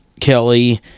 Kelly